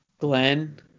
Glenn